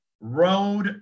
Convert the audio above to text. road